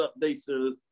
updates